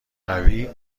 قوی